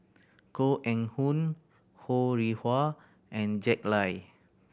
Koh Eng Hoon Ho Rih Hwa and Jack Lai